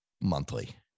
monthly